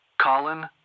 Colin